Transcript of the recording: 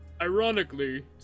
Ironically